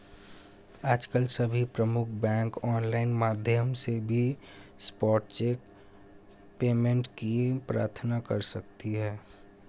आजकल सभी प्रमुख बैंक ऑनलाइन माध्यम से भी स्पॉट चेक पेमेंट की प्रार्थना कर सकते है